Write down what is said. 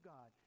God